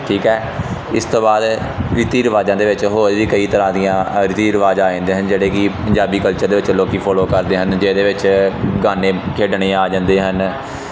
ਠੀਕ ਹੈ ਇਸ ਤੋਂ ਬਾਅਦ ਰੀਤੀ ਰਿਵਾਜਾਂ ਦੇ ਵਿੱਚ ਹੋਰ ਵੀ ਕਈ ਤਰ੍ਹਾਂ ਦੀਆਂ ਰੀਤੀ ਰਿਵਾਜ ਆ ਜਾਂਦੇ ਹਨ ਜਿਹੜੇ ਕਿ ਪੰਜਾਬੀ ਕਲਚਰ ਦੇ ਵਿੱਚ ਲੋਕ ਫੋਲੋ ਕਰਦੇ ਹਨ ਜਿਹਦੇ ਵਿੱਚ ਗਾਨੇ ਖੇਡਣੇ ਆ ਜਾਂਦੇ ਹਨ